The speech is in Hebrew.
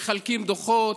מחלקים דוחות,